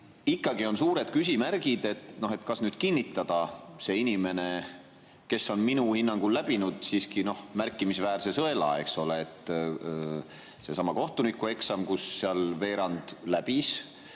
ikkagi on suured küsimärgid, et kas nüüd kinnitada see inimene, kes on minu hinnangul läbinud siiski märkimisväärse sõela: sellesama kohtunikueksami, mille veerand